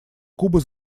кубы